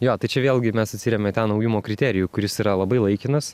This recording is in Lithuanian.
jo tai čia vėlgi mes atsiremia į tą naujumo kriterijų kuris yra labai laikinas